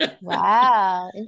Wow